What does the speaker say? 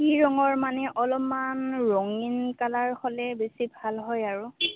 কি ৰঙৰ মানে অলপমান ৰঙীন কালাৰ হ'লে বেছি ভাল হয় আৰু